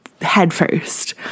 headfirst